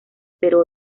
pero